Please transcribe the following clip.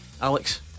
Alex